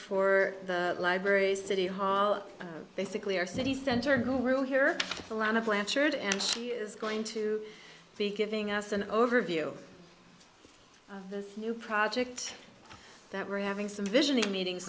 for the library's city hall basically our city center go will hear a lot of blanchard and she is going to be giving us an overview of this new project that we're having some vision of meeting